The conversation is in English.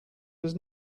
does